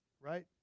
right